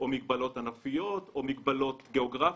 מגבלות ענפיות או מגבלות גיאוגרפיות.